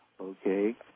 Okay